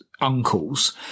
Uncles